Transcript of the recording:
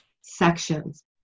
sections